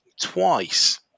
twice